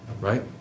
right